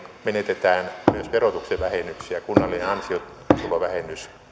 menetetään myös verotuksen vähennyksiä kunnallinen ansiotulovähennys